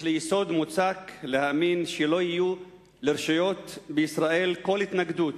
יש לי יסוד מוצק להאמין שלא תהיה לרשויות בישראל כל התנגדות